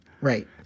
right